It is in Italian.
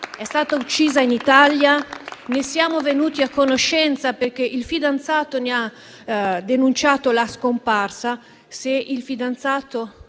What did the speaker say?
è stata uccisa in Italia e ne siamo venuti a conoscenza perché il fidanzato ne ha denunciato la scomparsa.